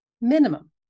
minimum